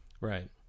Right